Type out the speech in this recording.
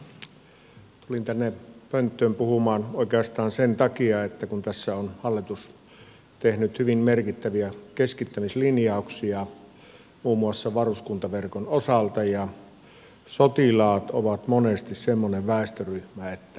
tulin tänne pönttöön puhumaan oikeastaan sen takia kun tässä on hallitus tehnyt hyvin merkittäviä keskittämislinjauksia muun muassa varuskuntaverkon osalta ja sotilaat ovat monesti semmoinen väestöryhmä että heidät pakkosiirretään